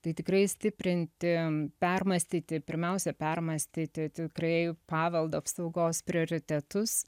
tai tikrai stiprinti permąstyti pirmiausia permąstyti tikrai paveldo apsaugos prioritetus